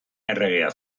erregea